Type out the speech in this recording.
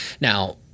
Now